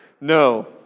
No